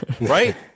Right